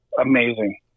amazing